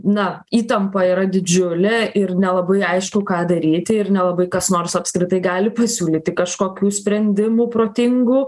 na įtampa yra didžiulė ir nelabai aišku ką daryti ir nelabai kas nors apskritai gali pasiūlyti kažkokių sprendimų protingų